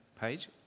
page